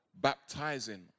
baptizing